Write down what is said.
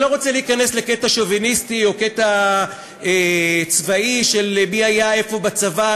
אני לא רוצה להיכנס לקטע שוביניסטי או קטע צבאי של מי היה איפה בצבא,